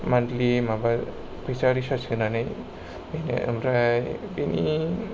monthly माबा फैसा recharge सोनानै बेनो ओमफ्राय बेनि